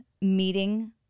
meeting